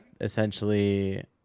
essentially